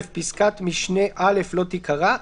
פסקת משנה (א) לא תיקרא,